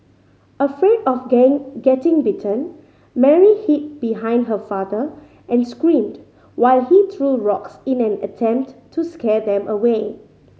afraid of gain getting bitten Mary hid behind her father and screamed while he threw rocks in an attempt to scare them away